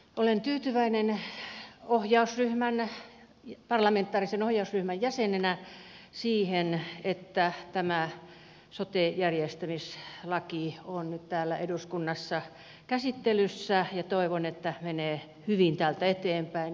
olen tyytyväinen parlamentaarisen ohjausryhmän jäsenenä siihen että tämä sote järjestämislaki on nyt täällä eduskunnassa käsittelyssä ja toivon että menee hyvin täältä eteenpäin